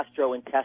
gastrointestinal